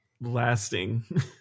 lasting